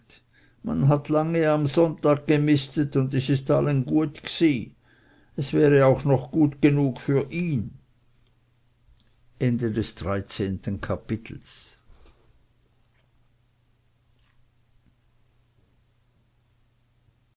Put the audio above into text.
man hat lange am sonntag gemistet und es ist allen gut gsi es wäre auch noch gut genug für ihn